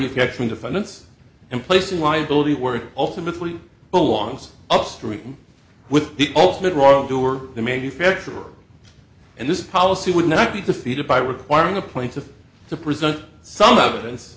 effects from the finance and placing liability were ultimately belongs upstream with the ultimate wrongdoer the manufacturer and this policy would not be defeated by requiring a plaintiff to present some evidence